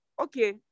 okay